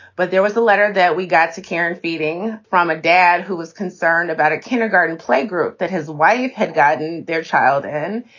but there was a letter that we got to karen feeding from a dad who was concerned about a a kindergarten playgroup that his wife had gotten their child in,